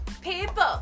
People